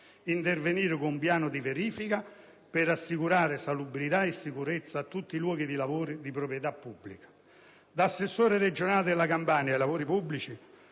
intervenire con un piano di verifica per assicurare salubrità e sicurezza a tutti i luoghi di lavoro di proprietà pubblica. Da assessore regionale della Campania ai lavori pubblici,